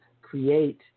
create